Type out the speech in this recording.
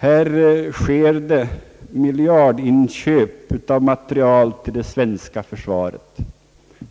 Här sker miljardinköp av materiel till det svenska försvaret,